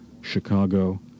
Chicago